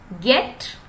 get